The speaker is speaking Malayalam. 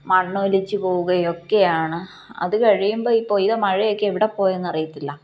മണ്ണൊലിച്ചുപോവുകയൊക്കെയാണ് അതു കഴിയുമ്പോള് ഇപ്പോള് ഇതു മഴയൊക്കെ എവിടെ പോയന്നറിയത്തില്ല